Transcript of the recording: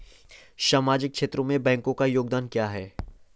सामाजिक क्षेत्र में बैंकों का योगदान क्या है?